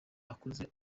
akuze